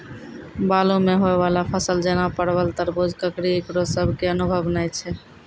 बालू मे होय वाला फसल जैना परबल, तरबूज, ककड़ी ईकरो सब के अनुभव नेय छै?